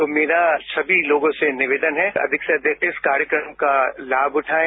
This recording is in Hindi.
तो मेरा सभी लोगों से निवेदन है कि अधिक से अधिक इस कार्यक्रम का लाम उठायें